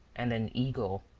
and an eagle,